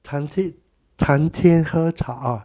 谈天谈天喝茶啊